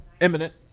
imminent